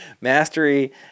Mastery